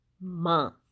month